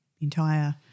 entire